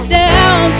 down